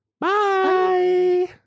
Bye